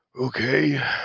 Okay